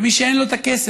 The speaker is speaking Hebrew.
ומי שאין לו כסף,